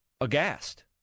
aghast